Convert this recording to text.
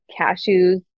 cashews